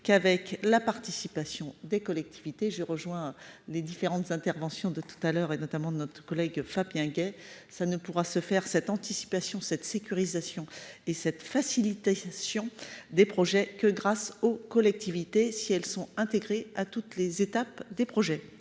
qu'avec la participation des collectivités. Je rejoins les différentes interventions de tout à l'heure et notamment de notre collègue Fabien Gay, ça ne pourra se faire cette anticipation cette sécurisation et cette facilité facilitation des projets que grâce aux collectivités, si elles sont intégrées à toutes les étapes des projets